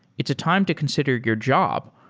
it's a time to consider your job,